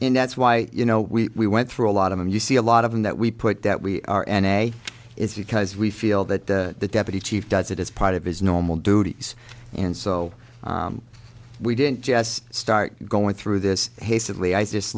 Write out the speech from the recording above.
and that's why you know we went through a lot of them you see a lot of them that we put that we are in a it's because we feel that the deputy chief does it as part of his normal duties and so we didn't just start going through this hastily i just